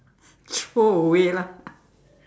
throw away lah